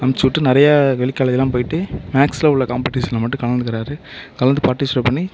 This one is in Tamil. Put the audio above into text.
அமுச்சு விட்டு நிறைய வெளி காலேஜெலாம் போயிட்டு மேக்சில் உள்ள காம்பட்டீஷனில் மட்டும் கலந்துக்கிறாரு கலந்து பார்ட்டிசிபேட் பண்ணி